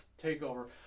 takeover